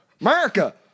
America